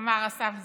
אמר אסף זמיר,